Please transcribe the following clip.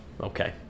okay